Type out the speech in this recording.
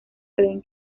creen